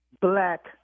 black